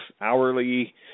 hourly